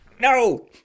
No